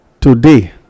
today